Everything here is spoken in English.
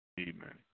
Amen